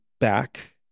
back